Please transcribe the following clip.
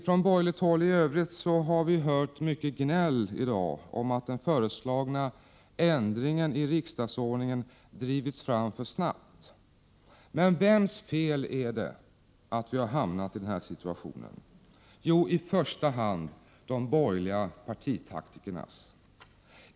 Från borgerligt håll i övrigt har vi hört gnäll i dag om att den föreslagna ändringen i riksdagsordningen drivits fram alltför snabbt. Men vems fel är det att vi hamnat i den här situationen? Jo, i första hand de borgerliga partitaktikernas.